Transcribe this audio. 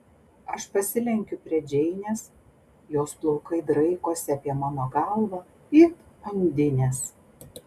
aš pasilenkiu prie džeinės jos plaukai draikosi apie mano galvą it undinės